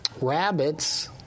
Rabbits